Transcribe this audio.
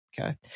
Okay